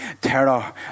Terror